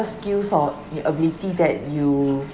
uh skills or your ability that you